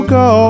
go